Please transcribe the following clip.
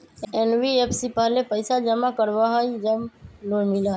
NBFC पहले पईसा जमा करवहई जब लोन मिलहई?